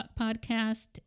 podcast